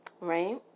right